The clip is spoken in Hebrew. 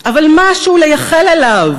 אבל משהו לייחל אליו